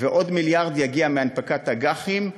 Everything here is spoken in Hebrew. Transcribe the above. ועוד מיליארד ש"ח יגיעו מהנפקת אג"חים.